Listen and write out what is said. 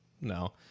No